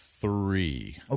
three